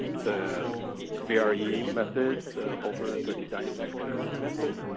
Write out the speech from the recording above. the vre method over the design factor method?